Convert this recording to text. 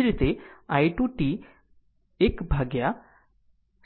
તેવી જ રીતે i 2 t 1 બાર